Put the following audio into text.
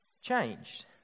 changed